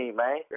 man